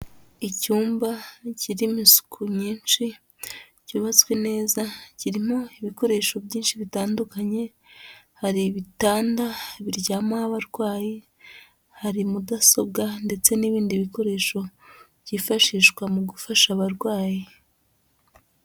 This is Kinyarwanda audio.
Icyumba kirimo isuku nyinshi cyubatswe neza kirimo ibikoresho byinshi bitandukanye, hari ibitanda biryamaho abarwayi, hari mudasobwa ndetse n'ibindi bikoresho byifashishwa mu gufasha abarwayi.